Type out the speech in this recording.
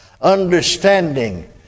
Understanding